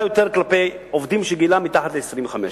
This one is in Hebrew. יותר כלפי עובדים שגילם מתחת ל-25.